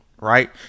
right